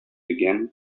began